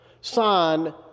sign